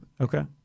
Okay